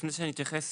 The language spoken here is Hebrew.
לפני שאני אתייחס,